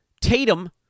Tatum